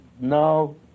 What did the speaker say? no